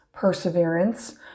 perseverance